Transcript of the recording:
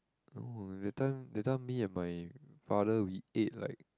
no that time that time me and my father we ate like